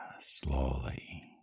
slowly